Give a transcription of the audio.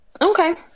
Okay